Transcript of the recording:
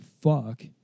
fuck